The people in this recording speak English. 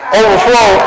overflow